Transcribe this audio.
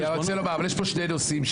אני רוצה לומר שיש פה שני נושאים,